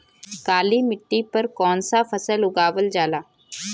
काली मिट्टी पर कौन सा फ़सल उगावल जाला?